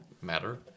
matter